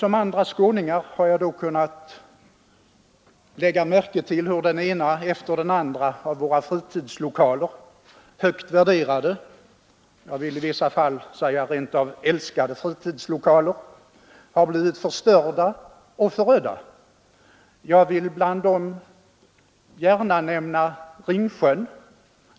Som andra skåningar har jag måst notera hur det ena efter det andra av våra högt värderade — jag vill i vissa fall säga rent av älskade — fritidsområden har blivit förstörda och förödda. Jag vill bland dem girna nämna Ringsjön.